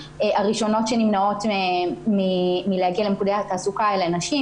הראשונה שנמנע מהן להגיע למוקדי התעסוקה הן הנשים.